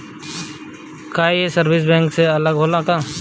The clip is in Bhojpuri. का ये सर्विस बैंक से अलग होला का?